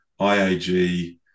IAG